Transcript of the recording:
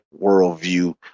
worldview